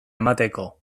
emateko